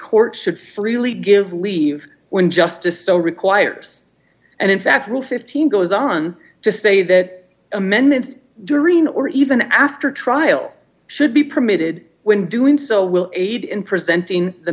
court should freely give leave when justice so requires and in fact rule fifteen goes on to say that amendments during or even after trial should be permitted when doing so will aid in presenting the